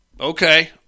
okay